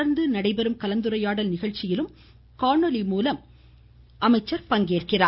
தொடர்ந்து நடைபெறும் கலந்துரையாடல் நிகழ்ச்சியிலும் காணொலி மூலம் அமைச்சர் பங்கேற்கிறார்